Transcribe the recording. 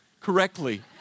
correctly